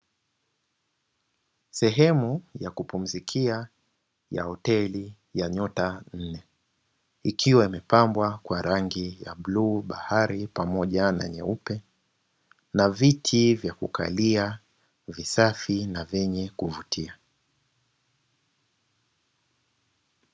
Sehemu ya kupumzikia ya hoteli ya nyota nne ikiwa imepambwa kwa rangi ya bluu bahari pamoja na nyeupe, na viti vya kukalia visafi na vyenye kuvutia.